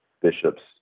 bishops